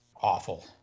awful